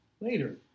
later